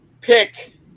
pick